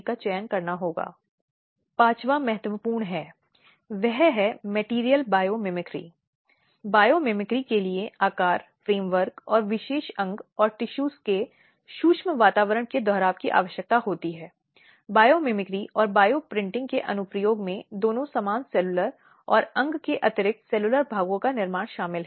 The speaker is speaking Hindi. अब यहाँ यह उल्लेख किया जा सकता है कि पति द्वारा जबरन संभोग करने से संबंधित प्रावधानों के तहत बलात्कार का अपराध नहीं बनता है जो भारतीय दंड संहिता की धारा 375 है